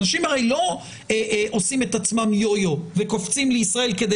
אנשים הרי לא עושים את עצמם יו-יו וקופצים לישראל כדי